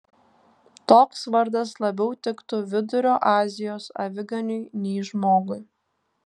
toks vardas labiau tiktų vidurio azijos aviganiui nei žmogui